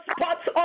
spots